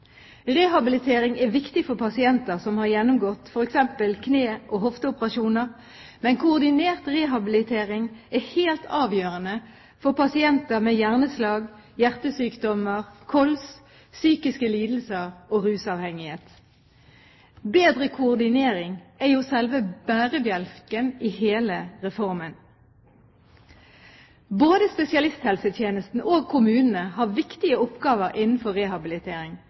Rehabilitering er viktig for pasienter som har gjennomgått f.eks. kne- og hofteoperasjoner, men koordinert rehabilitering er helt avgjørende for pasienter med hjerneslag, hjertesykdommer, kols, psykiske lidelser og rusavhengighet. Bedre koordinering er jo selve bærebjelken i hele reformen. Både spesialisthelsetjenesten og kommunene har viktige oppgaver innenfor rehabilitering.